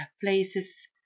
places